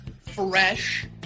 fresh